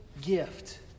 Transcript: gift